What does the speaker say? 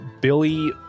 Billy